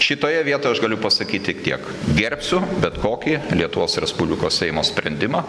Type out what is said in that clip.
šitoje vietoj aš galiu pasakyt tik tiek gerbsiu bet kokį lietuvos respublikos seimo sprendimą